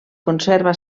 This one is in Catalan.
conserva